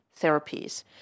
therapies